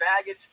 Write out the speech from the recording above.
baggage